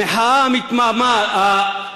הוא לא אמר את זה.